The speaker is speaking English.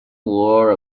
wore